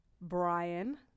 Brian